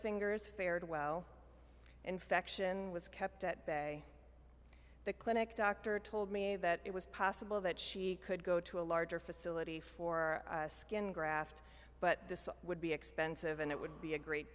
fingers fared well infection was kept at bay the clinic doctor told me that it was possible that she could go to a larger facility for skin graft but this would be expensive and it would be a great